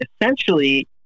essentially